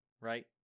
Right